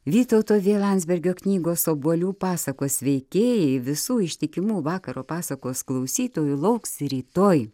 vytauto v landsbergio knygos obuolių pasakos veikėjai visų ištikimų vakaro pasakos klausytojų lauks rytoj